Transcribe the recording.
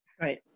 Right